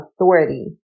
authority